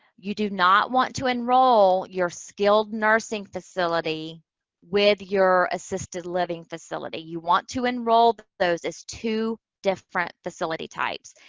you do not want to enroll your skilled nursing facility with your assisted-living facility. you want to enroll those as two different facility types.